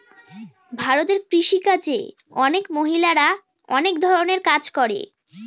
ভারতে কৃষি কাজে অনেক মহিলারা অনেক ধরনের কাজ করে